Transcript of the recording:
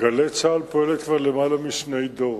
"גלי צה"ל" פועלת כבר יותר משני דורות.